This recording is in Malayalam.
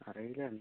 അറിയില്ല തന്നെ